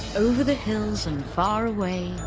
over the hills and far away